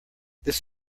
this